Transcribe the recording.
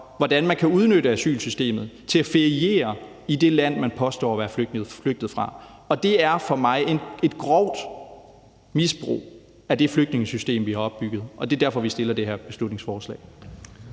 hvordan man kan udnytte asylsystemet til at feriere i det land, man påstår at være flygtet fra. Det er for mig et groft misbrug af det flygtningesystem, vi har opbygget, og det er derfor, vi fremsætter det her beslutningsforslag.